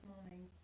morning